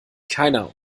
keiner